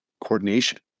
coordination